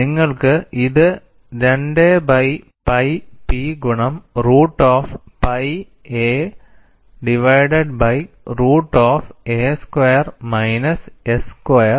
നിങ്ങൾക്ക് ഇത് 2 by pi P ഗുണം root of pi a divided by root of a square minus s square